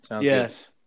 Yes